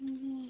जी